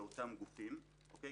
בוקר טוב,